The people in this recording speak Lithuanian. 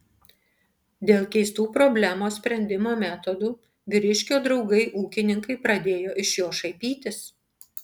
dėl keistų problemos sprendimo metodų vyriškio draugai ūkininkai pradėjo iš jo šaipytis